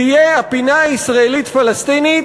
תהיה הפינה הישראלית פלסטינית,